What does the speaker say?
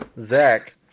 Zach